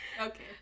Okay